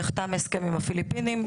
נחתם הסכם עם הפיליפינים,